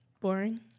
boring